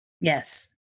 Yes